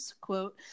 quote